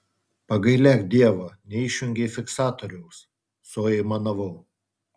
pagailėk dievo neišjungei fiksatoriaus suaimanavau